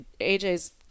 AJ's